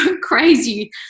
crazy